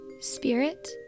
spirit